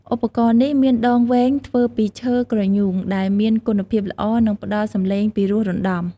ឧបករណ៍នេះមានដងវែងធ្វើពីឈើគ្រញូង ដែលមានគុណភាពល្អ និងផ្តល់សំឡេងពីរោះរណ្ដំ។